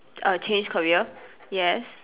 uh change career yes